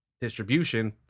distribution